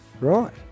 Right